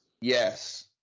Yes